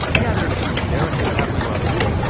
yeah, there's some generic stuff happening around the world,